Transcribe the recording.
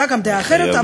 הייתה גם דעה אחרת,